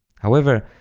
however,